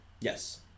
Yes